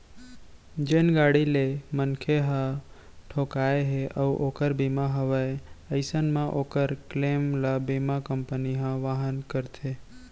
जेन गाड़ी ले मनखे ह ठोंकाय हे अउ ओकर बीमा हवय अइसन म ओकर क्लेम ल बीमा कंपनी ह वहन करथे